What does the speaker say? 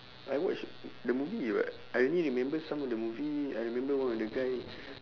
I watched the movie [what] I only remember some of the movie I remember one of the guy